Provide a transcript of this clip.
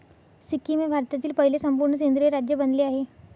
सिक्कीम हे भारतातील पहिले संपूर्ण सेंद्रिय राज्य बनले आहे